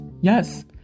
Yes